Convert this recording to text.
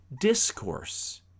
discourse